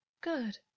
Good